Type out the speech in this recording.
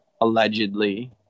Allegedly